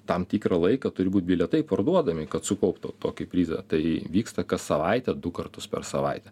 tam tikrą laiką turi būt bilietai parduodami kad sukauptų tokį prizą tai vyksta kas savaitę du kartus per savaitę